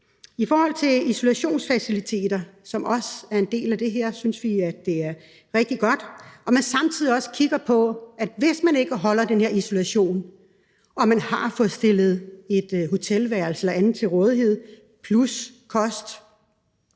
I forhold til isolationsfaciliteter, som også er en del af det her, synes vi, at det er rigtig godt. Men man skal samtidig også kigge på situationen, hvor den her isolation ikke overholdes; hvis man har fået stillet et hotelværelse eller andet til rådighed plus kost,